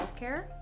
healthcare